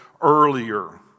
earlier